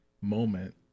moment